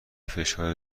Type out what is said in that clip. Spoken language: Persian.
فشار